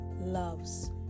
loves